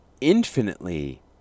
infinitely